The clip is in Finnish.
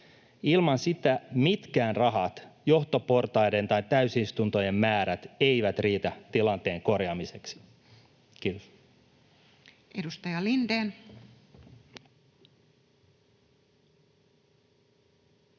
Ilman sitä mitkään rahat, johtoportaiden tai täysistuntojen määrät eivät riitä tilanteen korjaamiseksi. — Kiitos.